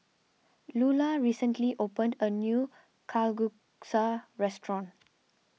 Lula recently opened a new Kalguksu restaurant